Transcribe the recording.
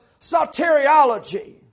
soteriology